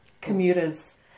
Commuters